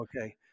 Okay